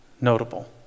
notable